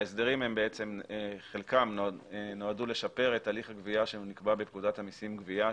ההסדרים חלקם נועדו לשפר את הליך הגבייה שנקבע בפקודת המיסים (גבייה),